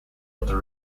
rather